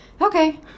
Okay